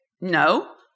no